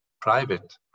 private